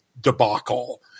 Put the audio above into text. debacle